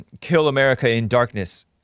kill-America-in-darkness